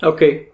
Okay